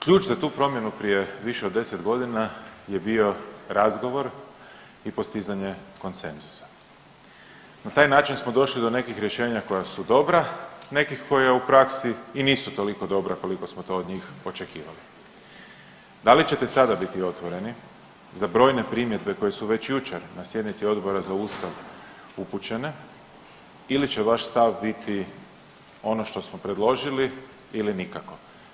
Ključ za tu promjenu prije više od 10.g. je bio razgovor i postizanje koncensusa, na taj način smo došli do nekih rješenja koja su dobra i nekih koja u praksi i nisu toliko dobra koliko smo to od njih očekivali, dali ćete sada biti otvoreni za brojne primjedbe koje su već jučer na sjednici Odbora za Ustav upućene ili će vaš stav biti ono što smo predložili ili nikako.